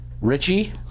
Richie